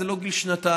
זה לא גיל שנתיים,